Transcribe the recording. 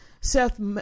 Seth